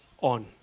on